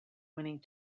winning